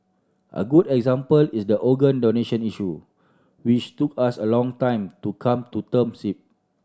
a good example is the organ donation issue which took us a long time to come to terms with